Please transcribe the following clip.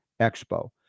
Expo